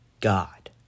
God